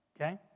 Okay